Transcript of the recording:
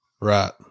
Right